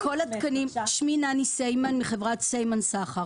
שמי נני סיימן מחברת סיימן סחר,